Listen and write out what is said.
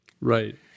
Right